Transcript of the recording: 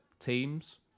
teams